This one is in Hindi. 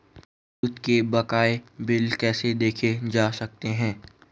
विद्युत के बकाया बिल कैसे देखे जा सकते हैं?